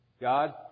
God